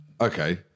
Okay